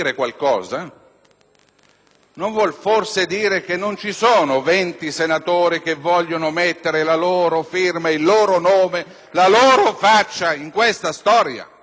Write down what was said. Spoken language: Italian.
Non vuol forse dire che non ci sono venti senatori che vogliono mettere la loro firma e il loro nome, la loro faccia in questa storia?